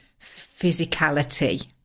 physicality